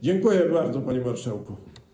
Dziękuję bardzo, panie marszałku.